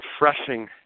refreshing